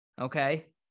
Okay